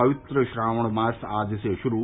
पवित्र श्रावण मास आज से शुरू